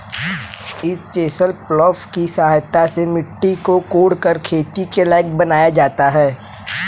इस chisel plough की सहायता से मिट्टी को कोड़कर खेती के लायक बनाया जाता है